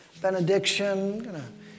benediction